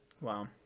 Wow